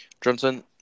Johnson